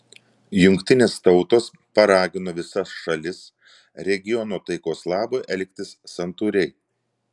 jungtinės tautos paragino visas šalis regiono taikos labui elgtis santūriai